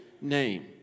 name